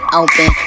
open